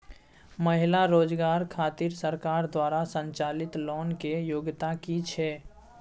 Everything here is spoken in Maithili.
महिला रोजगार खातिर सरकार द्वारा संचालित लोन के योग्यता कि छै?